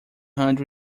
hundred